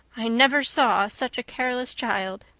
i never saw such a careless child.